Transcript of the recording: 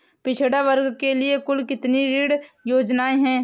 पिछड़ा वर्ग के लिए कुल कितनी ऋण योजनाएं हैं?